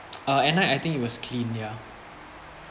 uh end up I think it was clean ya